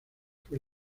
fue